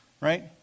right